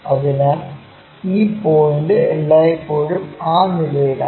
അതിനാൽ ഈ പോയിന്റ് എല്ലായ്പ്പോഴും ആ നിലയിലാണ്